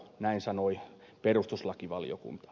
näin sanoi perustuslakivaliokunta